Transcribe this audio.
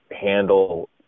handle